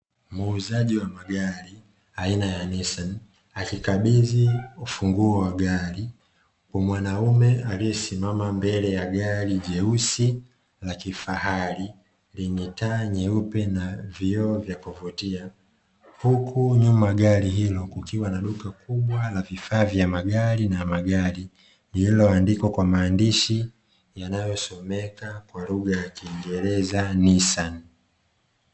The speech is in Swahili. Muuzaji wa magari aina ya "NISSAN" akikabidhi ufunguo wa gari kwa mwanaume aliyesimama mbele ya gari jeusi la kifahari, lenye taa nyeupe na vioo vya kuvutia. Huku nyuma ya gari hilo kukiwa na duka kubwa la vifaa vya magari na magari, lililoandikwa kwa maandishi yanasomeka kwa lugha ya kiingereza "NISSAN".